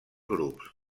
grups